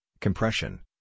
compression